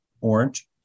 orange